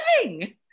living